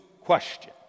question